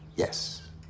Yes